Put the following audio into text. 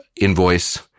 invoice